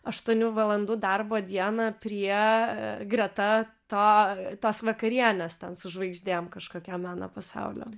aštuonių valandų darbo dieną prie greta to tos vakarienės ten su žvaigždėm kažkokio meno pasaulio